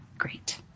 Great